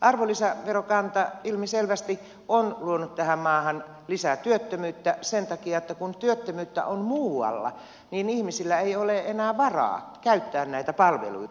arvonlisäverokanta ilmiselvästi on luonut tähän maahan lisää työttömyyttä sen takia että kun työttömyyttä on muualla niin ihmisillä ei ole enää varaa käyttää näitä palveluita